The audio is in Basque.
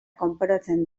kanporatzen